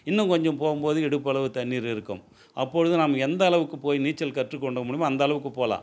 இன்னும் கொஞ்சம் போகும் போது இடுப்பளவு தண்ணீர் இருக்கும் அப்பொழுது நாம் எந்த அளவுக்கு போய் நீச்சல் கற்று கொண்டோம் முடியுமமோ அந்த அளவுக்கு போகலாம்